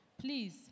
Please